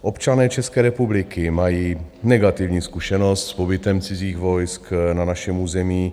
Občané České republiky mají negativní zkušenost s pobytem cizích vojsk na našem území.